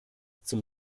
zum